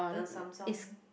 the sum sum